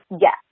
Yes